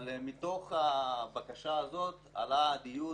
אבל מתוך הבקשה הזאת עלה דיון,